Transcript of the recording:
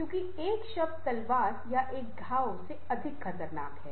क्योंकि एक शब्द तलवार या एक घाव से अधिक खतरनाक हैं